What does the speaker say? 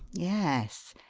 yes.